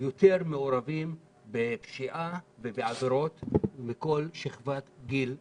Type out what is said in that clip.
יותר מעורבים בפשיעה ובעבירות מכל שכבת גיל אחרת.